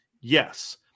Yes